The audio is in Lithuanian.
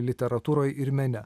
literatūroj ir mene